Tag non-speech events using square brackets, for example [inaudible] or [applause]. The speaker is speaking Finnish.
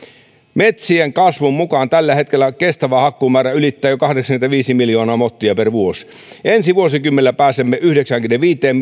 metsien kasvun mukaan tällä hetkellä kestävä hakkuumäärä ylittää jo kahdeksankymmentäviisi miljoonaa mottia per vuosi ensi vuosikymmenellä pääsemme yhdeksäänkymmeneenviiteen [unintelligible]